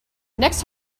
next